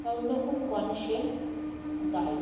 সব রকম গান সে গায়